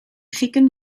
grieken